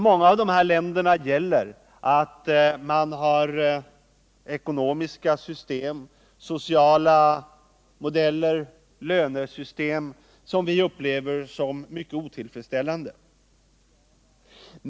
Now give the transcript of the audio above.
Många av dessa länder har ekonomiska system, sociala modeller o .n lönesystem som vi upplever som mycket otillfredsställande.